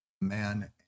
man